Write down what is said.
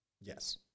Yes